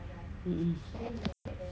(uh huh)